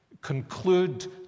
Conclude